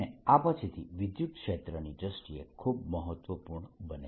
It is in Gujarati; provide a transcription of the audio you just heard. અને આ પછીથી વિદ્યુતક્ષેત્રની દ્રષ્ટિએ ખૂબ મહત્વપૂર્ણ બને છે